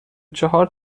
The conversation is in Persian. چهار